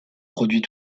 produit